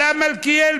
אני עליתי,